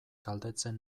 galdetzen